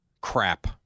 crap